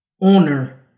owner